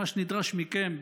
מה שנדרש מכם,